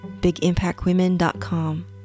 Bigimpactwomen.com